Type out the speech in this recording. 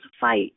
fight